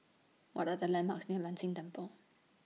What Are The landmarks near Lin Tan Temple